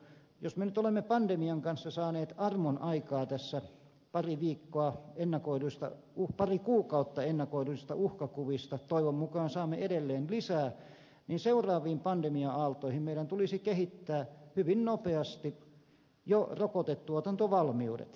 jos me nyt olemme pandemian kanssa saaneet armonaikaa tässä pari kuukautta ennakoiduista uhkakuvista toivon mukaan saamme edelleen lisää niin seuraaviin pandemia aaltoihin meidän tulisi kehittää hyvin nopeasti jo rokotetuotantovalmiudet